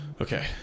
Okay